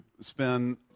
spend